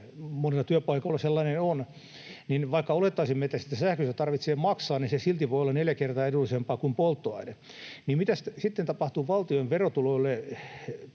monella työpaikalla sellainen on. Vaikka olettaisimme, että siitä sähköstä tarvitsee maksaa, niin se voi silti olla neljä kertaa edullisempaa kuin polttoaine. Mitä sitten tapahtuu valtion polttoaineverotuloille,